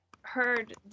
heard